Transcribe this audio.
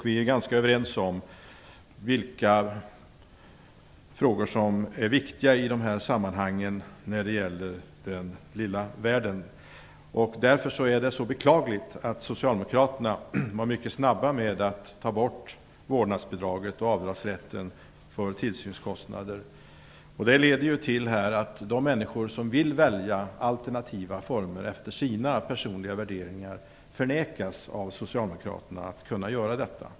Vi är ganska överens om vilka frågor som är viktiga när det gäller den lilla världen. Därför är det beklagligt att Socialdemokraterna var så snabba med att ta bort vårdsnadsbidrag och avdragsrätten för tillsynskostnader. Det leder till att de människor som vill välja alternativa former efter sina personliga värderingar förnekas denna möjlighet av Socialdemokraterna.